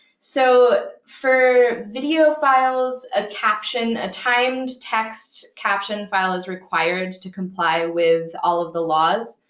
so for video files, a caption, a timed text caption file is required to comply with all of the laws,